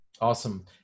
Awesome